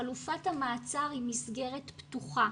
חלופת המעצר היא מסגרת פתוחה,